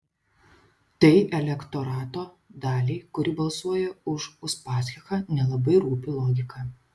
tai elektorato daliai kuri balsuoja už uspaskichą nelabai rūpi logika